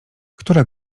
która